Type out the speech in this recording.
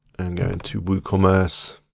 going to woocommerce,